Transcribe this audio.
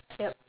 yup